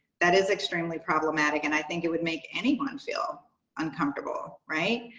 that is extremely problematic and i think it would make anyone feel uncomfortable right?